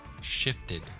shifted